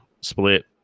split